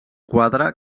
quadre